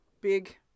big